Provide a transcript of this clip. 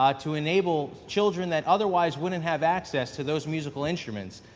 ah to enable children that otherwise wouldn't have access to those musical instruments.